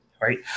Right